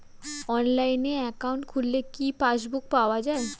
অনলাইনে একাউন্ট খুললে কি পাসবুক পাওয়া যায়?